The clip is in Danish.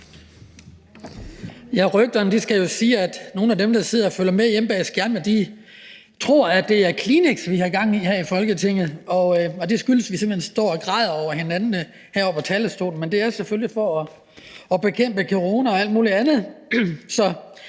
Rygterne siger, at nogle af dem, der sidder og følger med hjemme foran skærmene tror, at det er kleenex, vi har gang i her i Folketinget, og at det skyldes, at vi simpelt hen står og græder over hinanden heroppe på talerstolen. Men det er selvfølgelig for at bekæmpe coronasmitte og alt mulig andet.